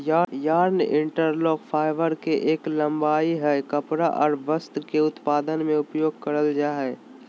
yarn interlock, fibre के एक लंबाई हय कपड़ा आर वस्त्र के उत्पादन में उपयोग करल जा हय